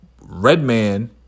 Redman